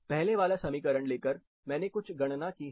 पहले वाला समीकरण लेकर मैंने कुछ गणना की है